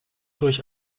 durch